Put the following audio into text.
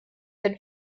been